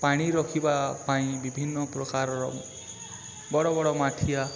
ପାଣି ରଖିବା ପାଇଁ ବିଭିନ୍ନ ପ୍ରକାରର ବଡ଼ ବଡ଼ ମାଠିଆ